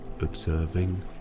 observing